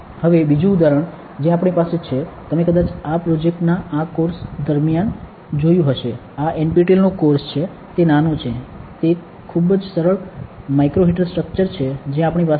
હવે બીજું ઉદાહરણ જે આપણી પાસે છે તમે કદાચ આ પ્રોજેક્ટ ના આ કોર્સ દરમિયાન જોયું હશે આ NPTEL નો કોર્સ તે નાનો છે તે એક ખૂબ જ સરળ માઇક્રો હીટર સ્ટ્રક્ચર છે જે આપણી પાસે છે